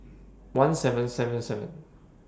one seven seven seven